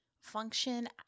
function